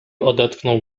odetchnął